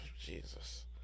Jesus